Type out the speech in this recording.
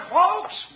folks